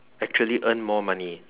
actually earn more money